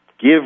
give